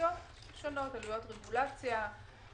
עלויות רגולציה,